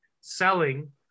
selling